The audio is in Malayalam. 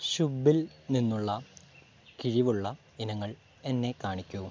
ശുബ്ബിൽ നിന്നുള്ള കിഴിവുള്ള ഇനങ്ങൾ എന്നെ കാണിക്കൂ